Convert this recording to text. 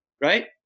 right